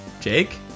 Jake